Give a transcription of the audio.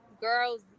girls